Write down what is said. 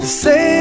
say